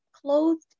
clothed